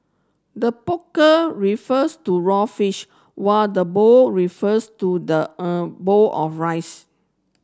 the poker refers to raw fish while the bowl refers to the er bowl of rice